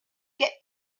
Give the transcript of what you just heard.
get